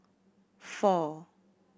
four